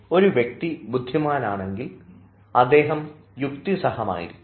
ഒരു വ്യക്തി ബുദ്ധിമാനാണെങ്കിൽ അദ്ദേഹം യുക്തിസഹമായിരിക്കും